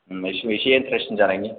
होम्बासो इसे इनत्रेस्तिं जानायनि